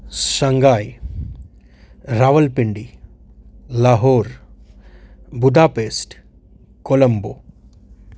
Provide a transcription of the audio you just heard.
Shanghai Rawalpindi Lahore Budapest Colombo